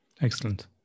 Excellent